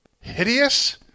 hideous